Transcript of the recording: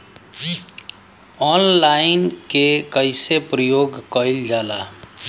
Online के कइसे प्रयोग कइल जाला?